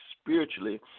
spiritually